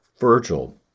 Virgil